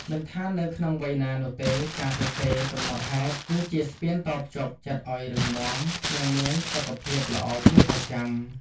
មិនថានៅក្នុងវ័យណានោះទេ ការសរសេរកំណត់ហេតុគឺជាស្ពានតភ្ជាប់ចិត្តឱ្យរឹងមាំ និងមានសុខភាពល្អជាប្រចាំ។